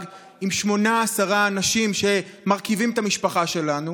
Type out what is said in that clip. עם שמונה-עשרה אנשים שמרכיבים את המשפחה שלנו,